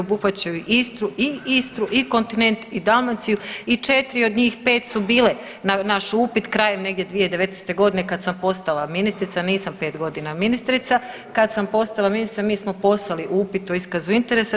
Obuhvaćaju Istru i Istru i kontinent i Dalmaciju i 4 od njih, 5 su bile na naš upit krajem negdje 2019. godine kad sam postala ministrica, nisam 5 godina ministrica, kad sam postala ministrica mi smo poslali upit o iskazu interesa.